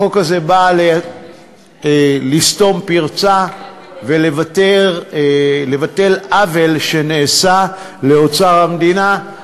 החוק הזה בא לסתום פרצה ולבטל עוול שנעשה לאוצר המדינה.